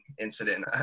incident